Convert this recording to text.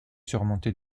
surmonté